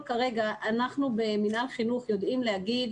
אנחנו במינהל החינוך בסך הכול כרגע יודעים להגיד